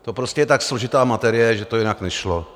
To je prostě tak složitá materie, že to jinak nešlo.